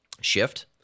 shift